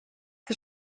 que